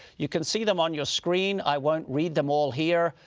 you can see them on your screen. i won't read them all here,